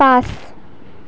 পাঁচ